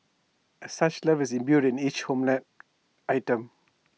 as such love is imbued in each homemade item